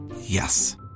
Yes